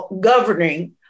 governing